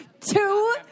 two